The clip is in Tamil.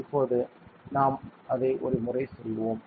இப்போது நாம் அதை ஒரு முறை செய்வோம்